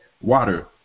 water